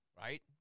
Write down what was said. Right